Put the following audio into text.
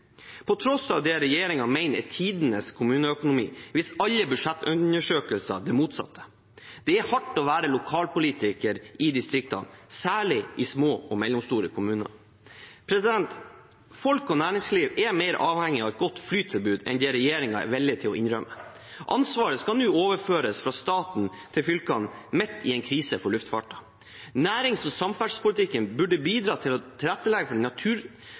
På tross av det regjeringen mener er tidenes kommuneøkonomi, viser alle budsjettundersøkelser det motsatte. Det er hardt å være lokalpolitiker i distriktene, særlig i små og mellomstore kommuner. Folk og næringsliv er mer avhengig av et godt flytilbud enn det regjeringen er villig til å innrømme. Ansvaret skal nå overføres fra staten til fylkene, midt i en krise for luftfarten. Nærings- og samferdselspolitikken burde bidratt til å tilrettelegge for